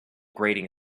grating